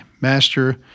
Master